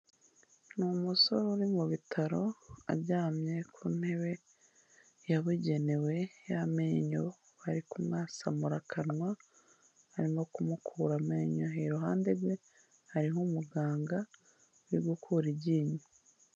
Ni umusore uri mu bitaro aryamye ku ntebe yabugenewe y'amenyo, bari kumwasamura akanwa, barimo kumukura amenyo, iruhande rwe hariho umuganga uri gukura iryinyo.